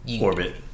Orbit